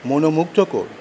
মনোমুগ্ধকর